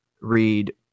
read